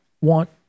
want